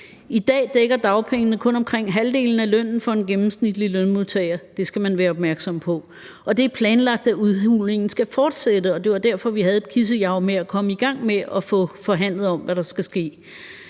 I dag dækker dagpengene kun omkring halvdelen af lønnen for en gennemsnitlig lønmodtager – det skal man være opmærksom på. Og det er planlagt, at udhulingen skal fortsætte, og det var derfor, at vi havde et kissejav med at komme i gang med at få forhandlet om, hvad der skal ske.